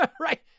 Right